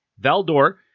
Valdor